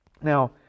Now